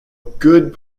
good